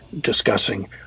discussing